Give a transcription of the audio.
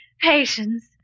Patience